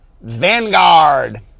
Vanguard